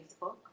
Facebook